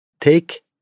take